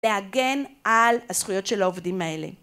להגן על הזכויות של העובדים האלה.